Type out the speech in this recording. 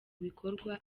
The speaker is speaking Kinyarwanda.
bikorwa